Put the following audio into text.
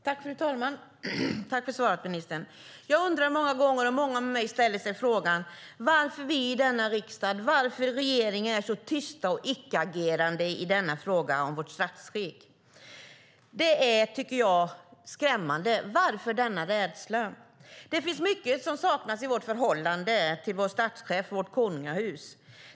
Fru talman! Jag tackar ministern för svaret. Jag har undrat många gånger - och många med mig ställer sig frågan - varför vi i denna riksdag och varför regeringen är så tysta och icke-agerande i frågan om vårt statskick. Det är skrämmande. Varför denna rädsla? Det finns mycket som saknas i vårt förhållande till vår statschef och vårt kungahus.